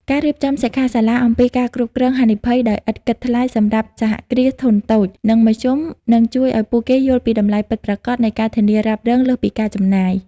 ការរៀបចំសិក្ខាសាលាអំពី ការគ្រប់គ្រងហានិភ័យ ដោយឥតគិតថ្លៃសម្រាប់ សហគ្រាសធុនតូច និងមធ្យម នឹងជួយឱ្យពួកគេយល់ពីតម្លៃពិតប្រាកដនៃ ការធានារ៉ាប់រង លើសពីការចំណាយ។